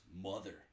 mother